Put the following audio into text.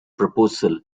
proposal